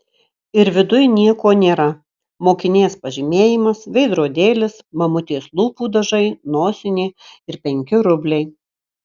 ir viduj nieko nėra mokinės pažymėjimas veidrodėlis mamutės lūpų dažai nosinė ir penki rubliai